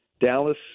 Dallas